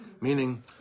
meaning